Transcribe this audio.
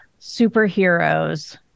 superheroes